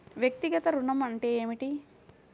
వ్యక్తిగత ఋణం అంటే ఏమిటి?